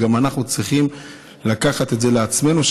וגם אנחנו צריכים לקחת את זה על עצמנו.